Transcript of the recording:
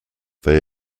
they